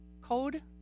code